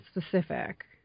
specific